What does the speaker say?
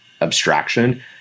abstraction